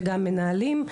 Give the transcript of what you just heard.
שגם מנהלים.